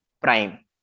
prime